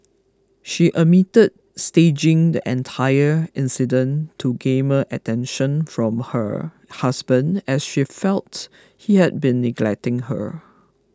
she admitted staging the entire incident to garner attention from her husband as she felt he had been neglecting her